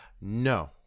no